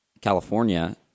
California